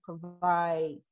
provide